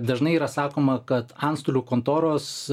dažnai yra sakoma kad antstolių kontoros